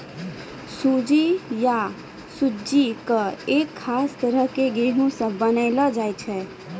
सूजी या सुज्जी कॅ एक खास तरह के गेहूँ स बनैलो जाय छै